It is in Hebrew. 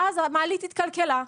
ואז המעלית התקלקלה,